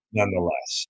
Nonetheless